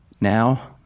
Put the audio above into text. Now